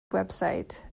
website